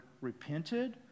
repented